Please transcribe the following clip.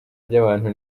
ry’abantu